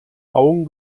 augen